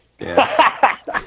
Yes